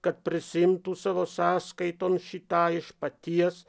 kad prisiimtų savo sąskaiton šitą iš paties